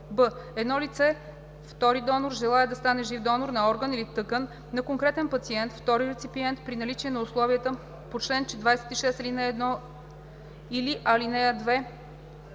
б) едно лице (втори донор) желае да стане жив донор на орган или тъкан на конкретен пациент (втори реципиент) при наличие на условията на чл. 26, ал. 1 или ал. 2,